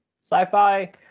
sci-fi